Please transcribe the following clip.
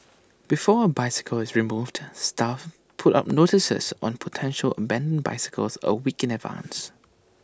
before A bicycle is removed staff put up notices on potential abandoned bicycles A week in advance